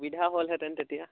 সুবিধা হ'লহেঁতেন তেতিয়া